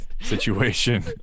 situation